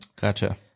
Gotcha